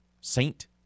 Saint